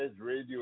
Radio